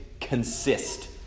consist